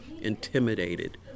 intimidated